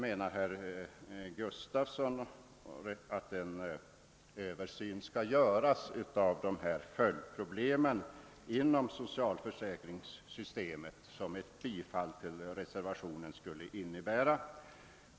Herr Gustavsson i Alvesta begär i reservationen 5 också en översyn av de följdproblem inom <socialförsäkringssystemet som ett bifall till reservationskravet på en ny invaliditetsgrad skulle innebära.